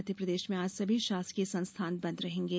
मध्यप्रदेश में आज सभी शासकीय संस्थान बंद रहेंगे